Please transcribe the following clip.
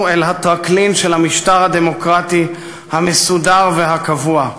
אל הטרקלין של המשטר הדמוקרטי המסודר והקבוע".